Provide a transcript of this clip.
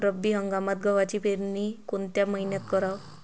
रब्बी हंगामात गव्हाची पेरनी कोनत्या मईन्यात कराव?